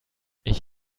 ich